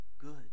good